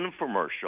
infomercial